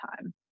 time